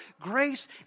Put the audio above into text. grace